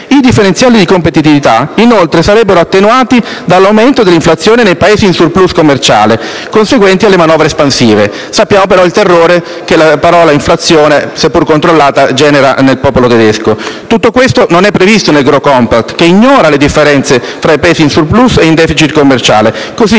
I differenziali di competitività, inoltre, sarebbero attenuati dall'aumento dell'inflazione nei Paesi in *surplus* commerciale conseguenti alle manovre espansive. Sappiamo, però, quale terrore la parola inflazione, seppur controllata, generi nel popolo tedesco. Tutto questo non è previsto nel *growth compact*, che ignora le differenze fra i Paesi in *surplus* e in *deficit* commerciale, così come